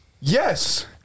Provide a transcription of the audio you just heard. Yes